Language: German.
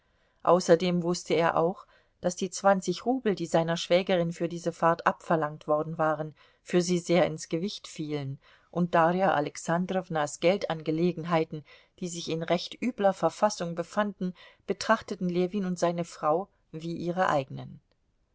außerdem wußte er auch daß die zwanzig rubel die seiner schwägerin für diese fahrt abverlangt worden waren für sie sehr ins gewicht fielen und darja alexandrownas geldangelegenheiten die sich in recht übler verfassung befanden betrachteten ljewin und seine frau wie ihre eigenen